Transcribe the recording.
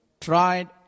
tried